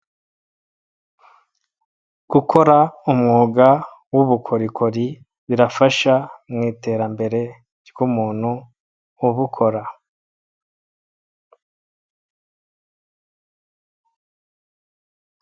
Gukora umwuga w'ubukorikori birafasha mu iterambere ry'umuntu ubukora.